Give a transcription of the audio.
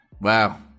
wow